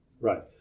Right